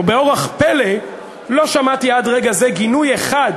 ובאורח פלא לא שמעתי עד רגע זה גינוי אחד